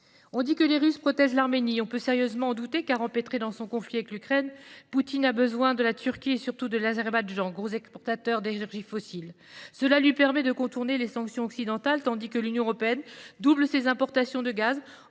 On dit que les Russes protègent l’Arménie. On peut sérieusement en douter, car, empêtré dans son conflit avec l’Ukraine, Poutine a besoin de la Turquie et surtout de l’Azerbaïdjan, gros exportateur d’énergies fossiles. Ce pays lui permet de contourner les sanctions occidentales, tandis que l’Union européenne double ses importations de gaz